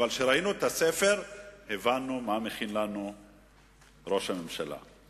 אבל כשראינו את הספר הבנו מה ראש הממשלה מכין לנו.